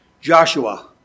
Joshua